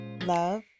love